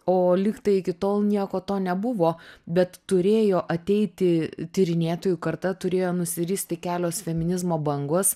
o lygtai iki tol nieko to nebuvo bet turėjo ateiti tyrinėtojų karta turėjo nusiristi kelios feminizmo bangos